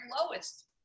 lowest